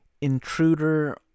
intruder